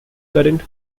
current